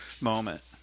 moment